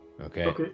Okay